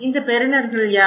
இந்த பெறுநர்கள் யார்